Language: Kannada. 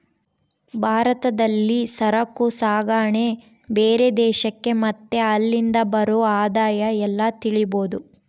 ಭಾರತದಲ್ಲಿ ಸರಕು ಸಾಗಣೆ ಬೇರೆ ದೇಶಕ್ಕೆ ಮತ್ತೆ ಅಲ್ಲಿಂದ ಬರೋ ಆದಾಯ ಎಲ್ಲ ತಿಳಿಬೋದು